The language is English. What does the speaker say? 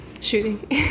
Shooting